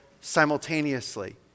simultaneously